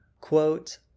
Quote